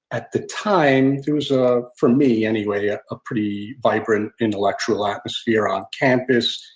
at the time there was, ah for me anyway, ah a pretty vibrant intellectual atmosphere on campus.